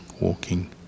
walking